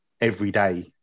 everyday